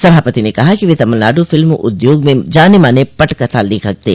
सभापति ने कहा कि वे तमिलनाडु फिल्म उद्योग में जाने माने पटकथा लेखक थे